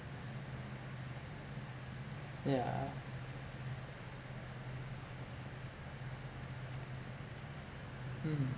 yeah mm